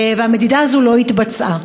והמדידה הזאת לא התבצעה.